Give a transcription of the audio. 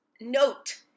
note